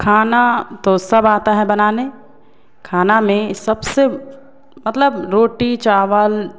खाना तो सब आता है बनाने खाना में सबसे मतलब रोटी चावल